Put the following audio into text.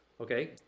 Okay